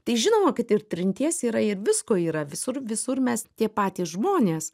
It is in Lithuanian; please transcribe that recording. tai žinoma kad ir trinties yra ir visko yra visur visur mes tie patys žmonės